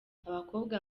abakobwa